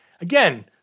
again